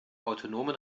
autonomen